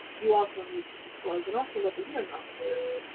you also need to disclose. and also but the hearing officers,